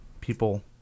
people